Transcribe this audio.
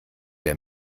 der